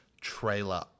trailer